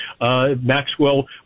maxwell